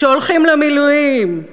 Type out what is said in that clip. שהולכים למילואים.